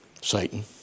Satan